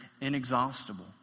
inexhaustible